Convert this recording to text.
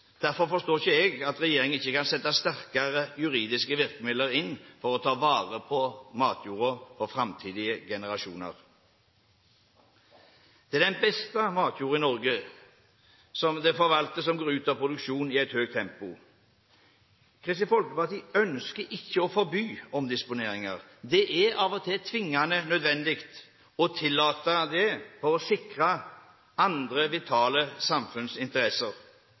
Derfor forstår ikke jeg at regjeringen ikke kan sette sterkere juridiske virkemidler inn for å ta vare på matjorda for framtidige generasjoner. Det er den beste matjorda Norge forvalter, som går ut av produksjon i et høyt tempo. Kristelig Folkeparti ønsker ikke å forby omdisponering. Det er av og til tvingende nødvendig å tillate det for å sikre andre vitale samfunnsinteresser.